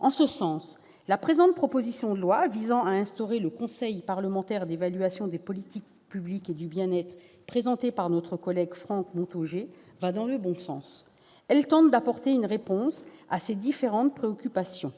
En ce sens, la présente proposition de loi visant à instituer le Conseil parlementaire d'évaluation des politiques publiques et du bien-être, présentée par notre collègue Franck Montaugé, va dans le bon sens : elle tente d'apporter une réponse à ces différentes préoccupations.